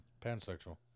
Pansexual